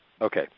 Okay